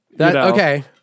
Okay